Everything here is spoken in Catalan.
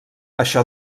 això